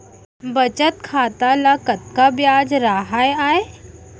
बचत खाता ल कतका ब्याज राहय आय?